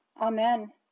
Amen